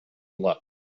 look